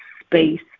space